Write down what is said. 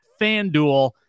FanDuel